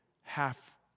half